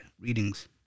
readings